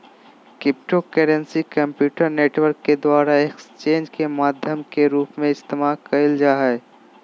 cryptocurrency computer network के द्वारा exchanges के माध्यम के रूप में इस्तेमाल कइल जा हइ